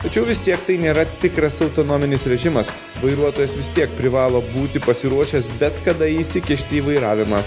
tačiau vis tiek tai nėra tikras autonominis režimas vairuotojas vis tiek privalo būti pasiruošęs bet kada įsikišti į vairavimą